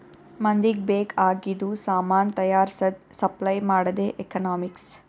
ಮಂದಿಗ್ ಬೇಕ್ ಆಗಿದು ಸಾಮಾನ್ ತೈಯಾರ್ಸದ್, ಸಪ್ಲೈ ಮಾಡದೆ ಎಕನಾಮಿಕ್ಸ್